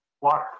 water